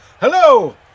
Hello